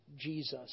Jesus